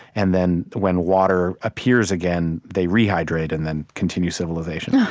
and then, when water appears again, they rehydrate and then continue civilization.